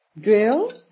Drill